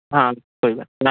हाँ कोई बात नहीं बाए